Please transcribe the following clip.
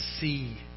see